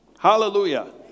Hallelujah